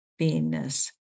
beingness